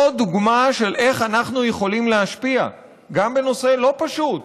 זו דוגמה איך אנחנו יכולים להשפיע גם בנושא לא פשוט,